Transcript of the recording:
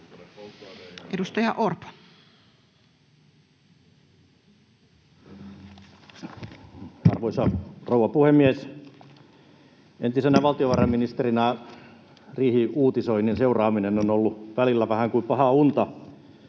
Content: Arvoisa rouva puhemies! Entisenä valtiovarainministerinä riihiuutisoinnin seuraaminen on ollut välillä vähän kuin pahaa unta.